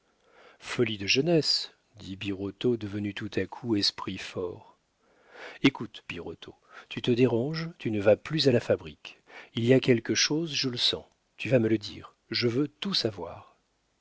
folie de jeunesse dit birotteau devenu tout à coup esprit fort écoute birotteau tu te déranges tu ne vas plus à la fabrique il y a quelque chose je le sens tu vas me le dire je veux tout savoir